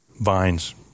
vines